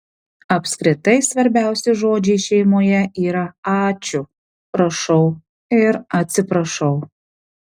apskritai svarbiausi žodžiai šeimoje yra ačiū prašau ir atsiprašau